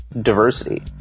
diversity